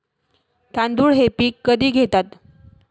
तांदूळ हे पीक कधी घेतात?